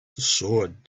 sword